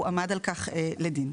הוא הועמד על כך לדין.